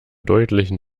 deutlichen